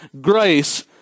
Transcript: grace